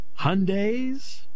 Hyundais